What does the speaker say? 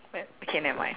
but K never mind